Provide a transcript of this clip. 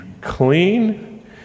clean